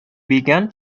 began